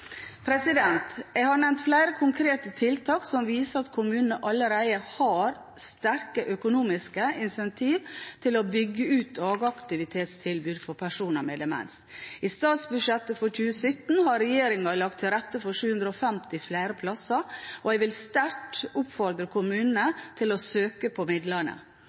Jeg har nevnt flere konkrete tiltak som viser at kommunene allerede har sterke økonomiske incentiver til å bygge ut dagaktivitetstilbud for personer med demens. I statsbudsjettet for 2017 har regjeringen lagt til rette for 750 flere plasser. Jeg vil sterkt oppfordre kommunene til å søke om midlene.